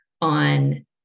on